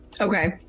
Okay